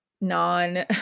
non